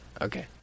Okay